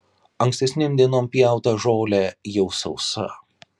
ankstesnėm dienom pjauta žolė jau sausa